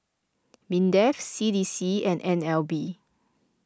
Mindef C D C and N L B